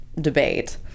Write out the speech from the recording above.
debate